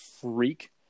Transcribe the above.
freak